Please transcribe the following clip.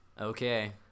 Okay